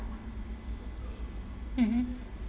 mmhmm